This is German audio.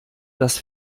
das